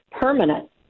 permanent